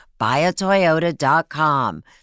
buyatoyota.com